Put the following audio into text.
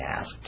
asked